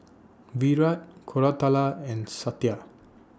Virat Koratala and Satya